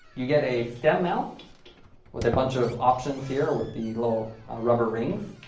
you get a stem mount with a bunch of options here with the little rubber rings.